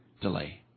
delay